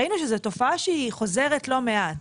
ראינו שזו תופעה שהיא חוזרת לא מעט.